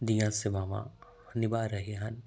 ਦੀਆਂ ਸੇਵਾਵਾਂ ਨਿਭਾ ਰਹੇ ਹਨ